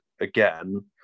again